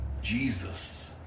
Jesus